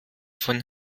von